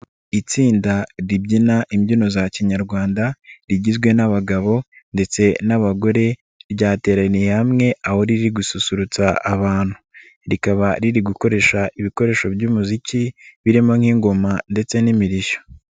Itsinda ribyina imbyino za kinyarwanda, rigizwe n'abagabo ndetse n'abagore, ryateraniye hamwe aho riri gususurutsa abantu. Rikaba riri gukoresha ibikoresho by'umuziki, birimo nk'ingoma ndetse n'imirishyo.